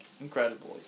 incredibly